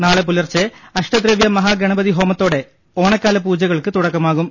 നാളെ പുലർച്ചെ അഷ്ടദ്രവ്യ മഹാഗണപതി ഹോമത്തോടെ ഓണക്കാല പൂജകൾക്ക് തുടക്കമാകും